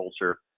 culture